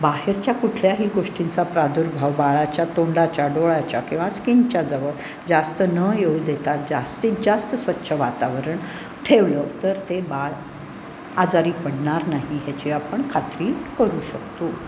बाहेरच्या कुठल्याही गोष्टींचा प्रादुर्भाव बाळाच्या तोंडाच्या डोळ्याच्या किंवा स्किनच्याजवळ जास्त न येऊ देता जास्तीत जास्त स्वच्छ वातावरण ठेवलं तर ते बाळ आजारी पडणार नाही ह्याची आपण खात्री करू शकतो